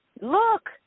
Look